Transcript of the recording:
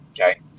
Okay